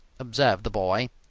observed the boy.